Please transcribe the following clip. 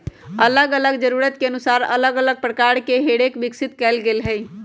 अल्लग अल्लग जरूरत के अनुसार अल्लग अल्लग प्रकार के हे रेक विकसित कएल गेल हइ